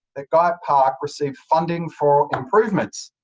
that guyatt park received funding for improvements.